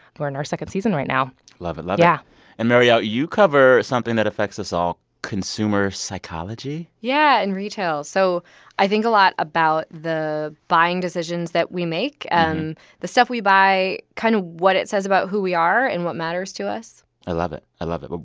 we're in our second season right now love it. love it yeah and marielle, you cover something that affects us all consumer psychology yeah, in retail. so i think a lot about the buying decisions that we make, and the stuff we buy, kind of what it says about who we are and what matters to us i love it. i love it. but